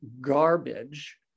garbage